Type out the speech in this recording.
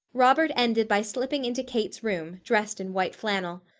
robert ended by slipping into kate's room, dressed in white flannel.